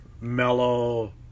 mellow